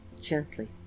gently